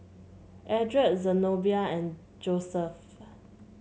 Eldred Zenobia and Joeseph